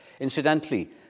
Incidentally